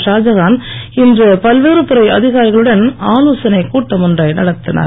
ஷாஜகான் இன்று பல்வேறு துறை அதிகாரிகளுடன் ஆலோசனைக் கூட்டம் ஒன்றை நடத்தினார்